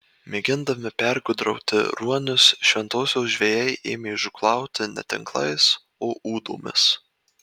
mėgindami pergudrauti ruonius šventosios žvejai ėmė žūklauti ne tinklais o ūdomis